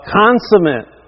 consummate